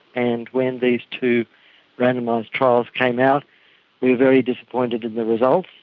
and when these two randomised trials came out very disappointed in the results,